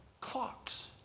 clocks